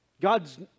God's